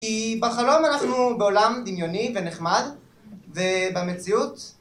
כי בחלום אנחנו בעולם דמיוני ונחמד ובמציאות...